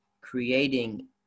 creating